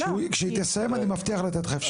כשהיא תסיים אני מבטיח לתת לך אפשרות.